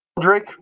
Drake